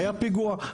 היה פיגוע,